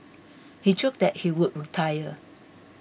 he joked that he would retire